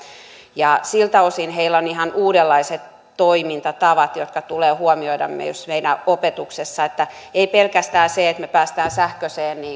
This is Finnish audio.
ja siltä osin heillä on ihan uudenlaiset toimintatavat jotka tulee huomioida myös meidän opetuksessa ei ole pelkästään se että me pääsemme sähköiseen